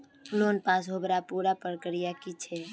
Loan pass होबार पुरा प्रक्रिया की छे?